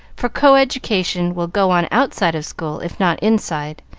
for co-education will go on outside of school if not inside,